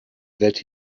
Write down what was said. that